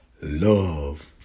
love